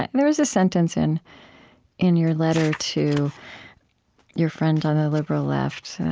and there was a sentence in in your letter to your friend on the liberal left.